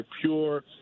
pure –